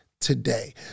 today